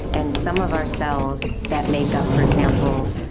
and some of our cells that make up, for example,